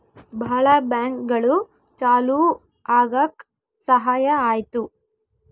ಭಾಳ ಬ್ಯಾಂಕ್ಗಳು ಚಾಲೂ ಆಗಕ್ ಸಹಾಯ ಆಯ್ತು